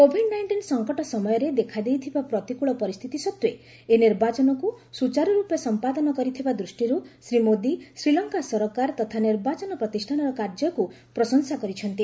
Covid nineteen ସଙ୍କଟ ସମୟରେ ଦେଖାଦେଇଥିବା ପ୍ରତିକୂଳ ପରିସ୍ଥିତି ସତ୍ତ୍ୱେ ଏହି ନିର୍ବାଚନକୁ ସୁଚାରୁରୂପେ ସମ୍ପାଦନ କରିଥିବା ଦୃଷ୍ଟିରୁ ଶ୍ରୀ ମୋଦି ଶ୍ରୀଲଙ୍କା ସରକାର ତଥା ନିର୍ବାଚନ ପ୍ରତିଷ୍ଠାନର କାର୍ଯ୍ୟକୁ ପ୍ରଶଂସା କରିଛନ୍ତି